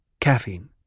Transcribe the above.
Caffeine